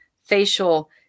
facial